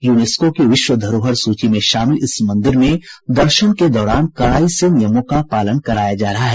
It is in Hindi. यूनेस्को की विश्व धरोहर सूची में शामिल इस मंदिर में दर्शन के दौरान कड़ाई से नियमों का पालन कराया जा रहा है